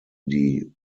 die